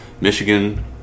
Michigan